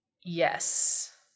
Yes